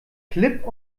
klipp